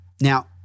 Now